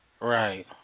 Right